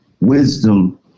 wisdom